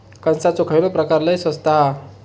कणसाचो खयलो प्रकार लय स्वस्त हा?